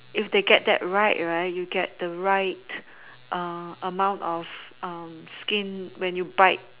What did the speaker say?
if they get that right right you get the right amount of skin when you bite